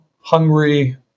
hungry